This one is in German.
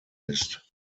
ist